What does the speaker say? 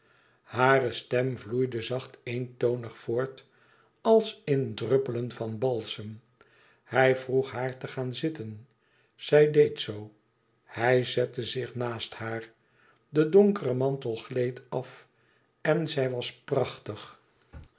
hare stem vloeide zacht eentonig voort als in druppelen van balsem hij vroeg haar te gaan zitten zij deed zoo hij zette zich naast haar de donkere mantel gleed af en zij was